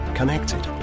connected